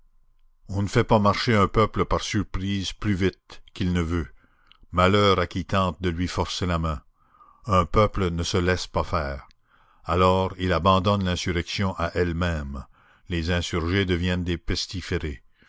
on ne fait pas marcher un peuple par surprise plus vite qu'il ne veut malheur à qui tente de lui forcer la main un peuple ne se laisse pas faire alors il abandonne l'insurrection à elle-même les insurgés deviennent des pestiférés